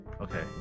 Okay